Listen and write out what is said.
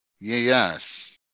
Yes